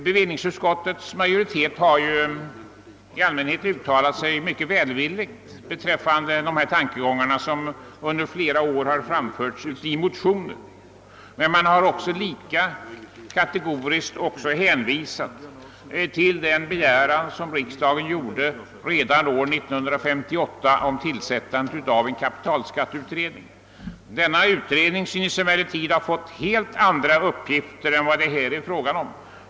Bevillningsutskottets majoritet har i allmänhet uttalat sig mycket välvilligt om de tankegångar som i flera år har framförts i motioner, men den har kategoriskt avvisat en ändring av nuvarande regler med hänvisning till den begäran som riksdagen gjorde redan år 1958 om tillsättande av en kapitalskatteberedning. Denna utredning synes emellertid ha fått helt andra uppgifter än det här gäller.